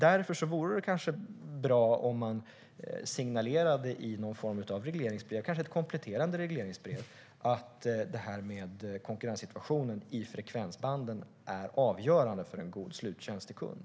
Därför vore det kanske bra om man signalerade i någon form av regleringsbrev, kanske ett kompletterande regleringsbrev, att konkurrenssituationen i frekvensbanden är avgörande för en god sluttjänst till kund.